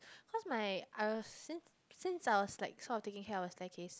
cause my I was since since I was like sort of taking care of the staircase